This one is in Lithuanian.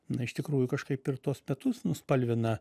na iš tikrųjų kažkaip ir tuos metus nuspalvina